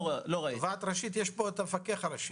התובעת הראשית יש פה את המפקח הראשי.